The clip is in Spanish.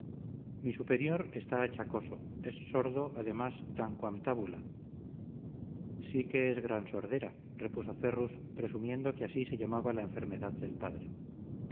mi superior está achacoso es sordo además tanquam tabula sí que es gran sordera repuso ferrus presumiendo que así se llamaba la enfermedad del padre